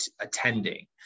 attending